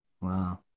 Wow